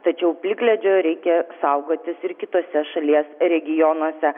tačiau plikledžio reikia saugotis ir kituose šalies regionuose